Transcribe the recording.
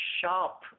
sharp